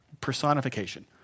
personification